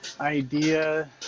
idea